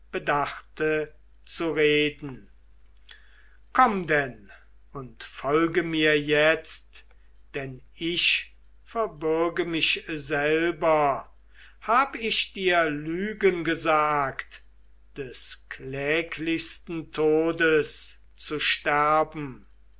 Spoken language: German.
bedachte zu reden komm denn und folge mir jetzt denn ich verbürge mich selber hab ich dir lügen gesagt des kläglichsten todes zu sterben